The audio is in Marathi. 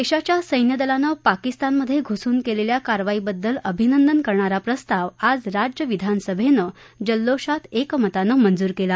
देशाच्या सैन्यदलाने पाकिस्तानमध्ये घुसून केलेल्या कारवाईबद्दल अभिनंदन करणारा प्रस्ताव आज राज्य विधानसभेत जल्लोषात एकमताने मंजूर केला